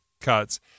cuts